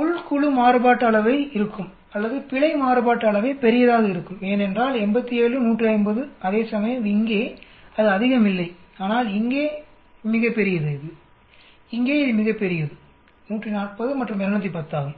உள் குழு மாறுபாட்டு அளவை இருக்கும் அல்லது பிழை மாறுபாட்டு அளவை பெரியதாக இருக்கும்ஏனென்றால் 87 150 அதேசமயம்இங்கே அது அதிகம் இல்லைஆனால் இங்கே இது மிகப்பெரியது இங்கே இது மிகப்பெரியது 140 மற்றும் 210 ஆகும்